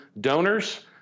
donors